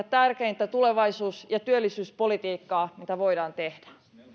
tärkeintä tulevaisuus ja työllisyyspolitiikkaa mitä voidaan tehdä